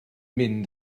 mynd